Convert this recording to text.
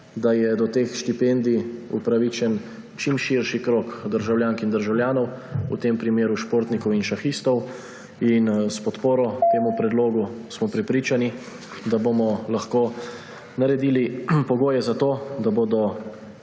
da je do teh štipendij upravičen čim širši krog državljank in državljanov, v tem primeru športnikov in šahistov. S podporo temu predlogu smo prepričani, da bomo lahko naredili pogoje za to, da bo